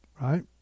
right